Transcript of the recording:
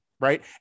right